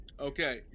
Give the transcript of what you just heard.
Okay